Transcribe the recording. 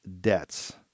debts